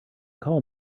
call